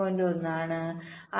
1 ആണ്